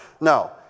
No